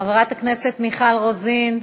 חברת הכנסת מיכל רוזין,